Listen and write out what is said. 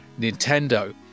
nintendo